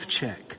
check